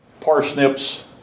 parsnips